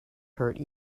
hurt